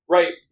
Right